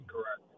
Correct